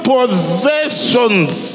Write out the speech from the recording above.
Possessions